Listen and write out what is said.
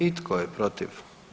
I tko je protiv?